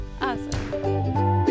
awesome